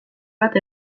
bat